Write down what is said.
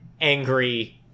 angry